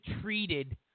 treated